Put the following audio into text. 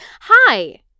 Hi